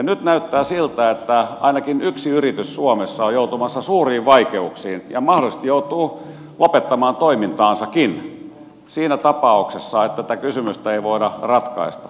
nyt näyttää siltä että ainakin yksi yritys suomessa on joutumassa suuriin vaikeuksiin ja mahdollisesti joutuu lopettamaan toimintansakin siinä tapauksessa että tätä kysymystä ei voida ratkaista